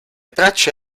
tracce